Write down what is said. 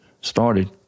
started